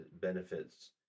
benefits